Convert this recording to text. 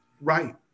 Right